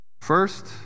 First